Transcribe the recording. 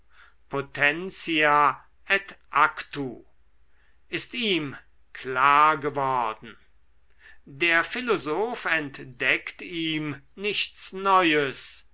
potentia et actu ist ihm klar geworden der philosoph entdeckt ihm nichts neues